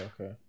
okay